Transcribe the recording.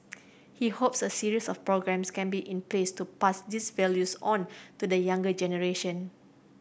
he hopes a series of programmes can be in place to pass these values on to the younger generation